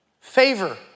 favor